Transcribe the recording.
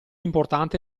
importante